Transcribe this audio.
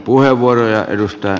arvoisa puhemies